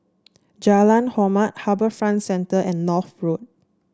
Jalan Hormat HarbourFront Centre and North Road